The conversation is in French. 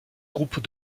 groupes